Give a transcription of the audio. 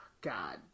God